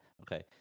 okay